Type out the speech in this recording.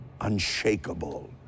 unshakable